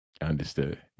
Understood